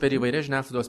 per įvairias žiniasklaidos